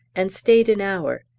and stayed an hour,